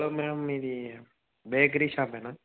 hello ma'am ఇది bakery షాపేనా